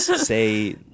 Say